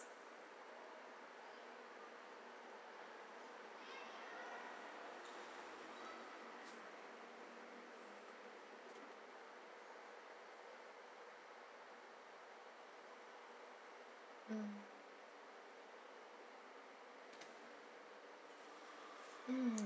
mm mm